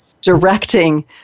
directing